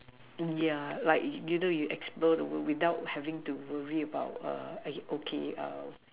yeah like you know you explore the world without having to worry about err okay err